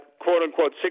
quote-unquote